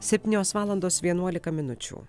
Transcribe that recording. septynios valandos vienuolika minučių